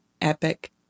epic